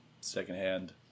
secondhand